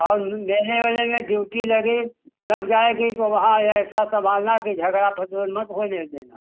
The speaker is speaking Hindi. और देने ओने में ड्यूटी लगे लग जाएगी तो वहाँ ऐसा संभालना की झगड़ा फजूल मत होने देना